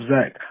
Zach